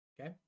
Okay